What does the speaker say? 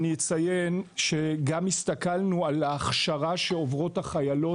אציין שהסתכלנו גם על ההכשרה שעוברים החיילות